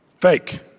Fake